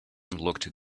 looked